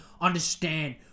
understand